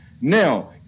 Now